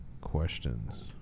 questions